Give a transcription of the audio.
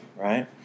right